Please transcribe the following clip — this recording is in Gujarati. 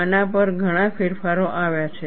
આના પર ઘણા ફેરફારો આવ્યા છે